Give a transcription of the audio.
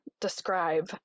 describe